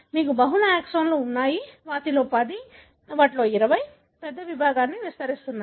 మీకు బహుళ ఎక్సోన్లు ఉన్నాయి వాటిలో పది వాటిలో ఇరవై పెద్ద విభాగాన్ని విస్తరిస్తున్నాయి